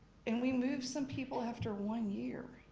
and we moved some people after one year,